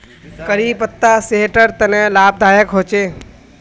करी पत्ता सेहटर तने लाभदायक होचे